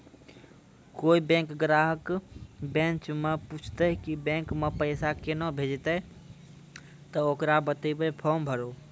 कोय बैंक ग्राहक बेंच माई पुछते की बैंक मे पेसा केना भेजेते ते ओकरा बताइबै फॉर्म भरो